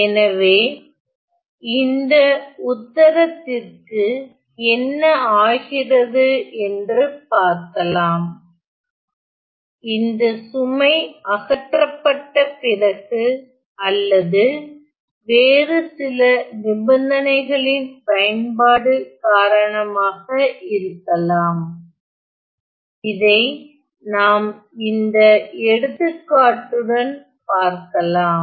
எனவே இந்த உத்தரத்திற்கு என்ன ஆகிறது என்று பார்க்கலாம் இந்த சுமை அகற்றப்பட்ட பிறகு அல்லது வேறு சில நிபந்தனைகளின் பயன்பாடு காரணமாக இருக்கலாம் இதை நாம் இந்த எடுத்துக்காட்டுடன் பார்க்கலாம்